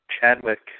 Chadwick